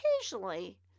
Occasionally